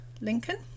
lincoln